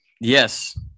yes